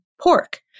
pork